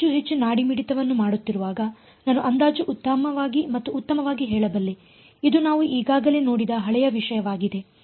ನಾನು ಹೆಚ್ಚು ಹೆಚ್ಚು ನಾಡಿಮಿಡಿತವನ್ನು ಮಾಡುತ್ತಿರುವಾಗ ನಾನು ಅಂದಾಜು ಉತ್ತಮವಾಗಿ ಮತ್ತು ಉತ್ತಮವಾಗಿ ಹೇಳಬಲ್ಲೆ ಇದು ನಾವು ಈಗಾಗಲೇ ನೋಡಿದ ಹಳೆಯ ವಿಷಯವಾಗಿದೆ